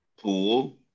pool